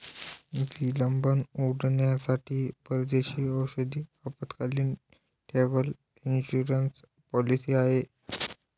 विलंब उड्डाणांसाठी परदेशी औषध आपत्कालीन, ट्रॅव्हल इन्शुरन्स पॉलिसी आहे